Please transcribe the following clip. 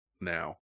now